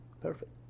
Perfect